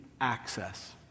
access